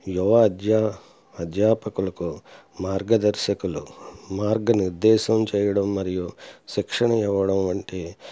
యువ అధ్యా అధ్యాపకులకు మార్గదర్శకులు మార్గ నిర్దేశం చేయడం మరియు శిక్షణ ఇవ్వడం వంటి